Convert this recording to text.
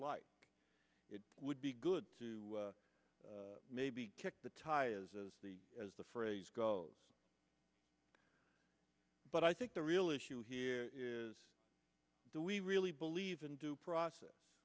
like it would be good to maybe kick the tires as the as the phrase goes but i think the real issue here is do we really believe in due process